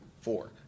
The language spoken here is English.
Four